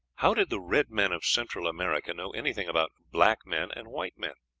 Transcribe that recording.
how did the red men of central america know anything about black men and white men?